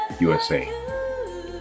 USA